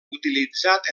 utilitzat